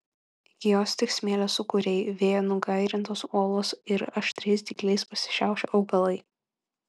iki jos tik smėlio sūkuriai vėjo nugairintos uolos ir aštriais dygliais pasišiaušę augalai